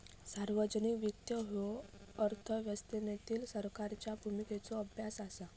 सार्वजनिक वित्त ह्यो अर्थव्यवस्थेतील सरकारच्या भूमिकेचो अभ्यास असा